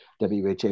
WHA